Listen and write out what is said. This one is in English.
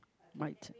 mic